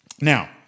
Now